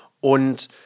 und